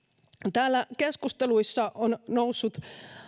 täällä keskusteluissa on noussut